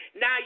Now